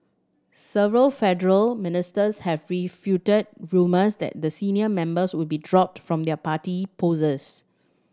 several federal ministers have refuted rumours that the senior members would be dropped from their party poses